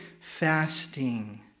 fasting